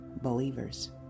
Believers